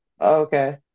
Okay